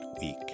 week